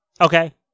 Okay